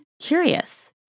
curious